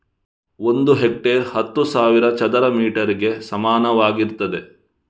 ಒಂದು ಹೆಕ್ಟೇರ್ ಹತ್ತು ಸಾವಿರ ಚದರ ಮೀಟರ್ ಗೆ ಸಮಾನವಾಗಿರ್ತದೆ